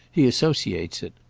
he associates it.